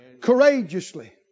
courageously